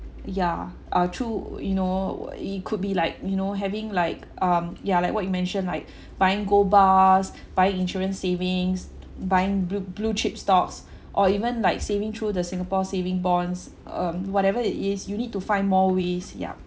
ya uh true you know uh it could be like you know having like um ya like what you mentioned like buying gold bars buying insurance savings buying blue blue chips stocks or even like saving through the singapore saving bonds um whatever it is you need to find more ways yup